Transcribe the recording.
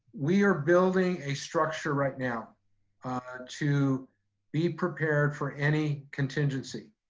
we are building a structure right now to be prepared for any contingency,